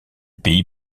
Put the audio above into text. pays